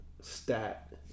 Stat